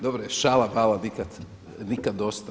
Dobro je, šala mala nikad dosta.